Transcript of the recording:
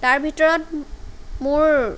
তাৰ ভিতৰত মোৰ